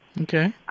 Okay